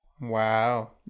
Wow